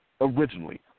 originally